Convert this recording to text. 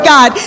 God